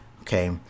Okay